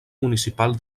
municipal